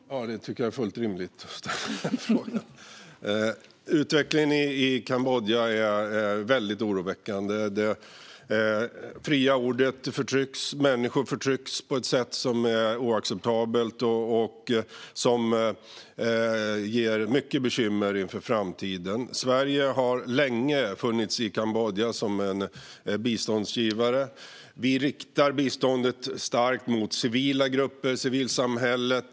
Fru talman! Jag tycker att det är fullt rimligt att ställa denna fråga till mig. Utvecklingen i Kambodja är väldigt oroväckande. Det fria ordet förtrycks, och människor förtrycks på ett oacceptabelt sätt. Detta kommer att ge mycket bekymmer i framtiden. Sverige har länge funnits i Kambodja som biståndsgivare. Vi riktar biståndet starkt mot civila grupper och civilsamhället.